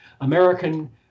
American